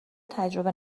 تجربه